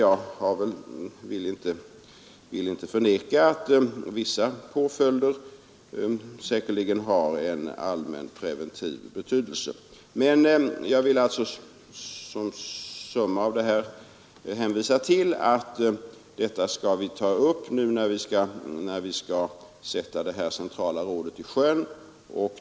Jag vill inte förneka att vissa påföljder säkert har en allmänpreventiv betydelse, men jag vill som en sammanfattning hänvisa till att detta skall vi ta upp när vi sätter det centrala rådet i funktion.